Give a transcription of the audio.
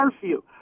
curfew